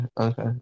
Okay